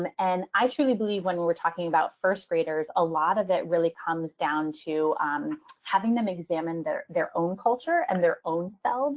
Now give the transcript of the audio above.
um and i truly believe when we're we're talking about first graders, a lot of it really comes down to having them examine their their own culture and their own selves